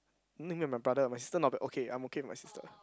only me and my brother my sister not bad okay I'm okay with my sister